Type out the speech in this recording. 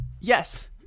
Yes